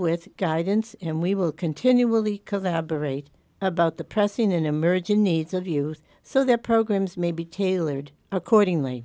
with guidance and we will continually collaborate about the pressing and emerging needs of youth so their programs may be tailored accordingly